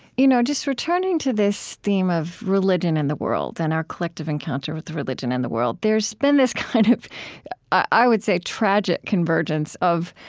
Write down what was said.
you know, just returning to this theme of religion in the world, and our collective encounter with religion in the world, there's been this kind of i would say tragic convergence of